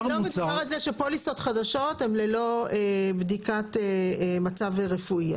מוצר --- לא מדובר על זה שפוליסות חדשות הן ללא בדיקת מצב רפואי.